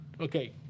Okay